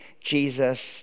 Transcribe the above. Jesus